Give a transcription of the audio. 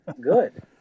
Good